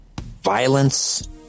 violence